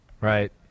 right